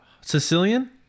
sicilian